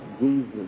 Jesus